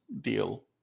Deal